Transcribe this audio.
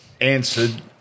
answered